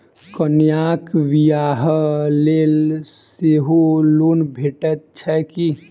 कन्याक बियाह लेल सेहो लोन भेटैत छैक की?